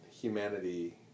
humanity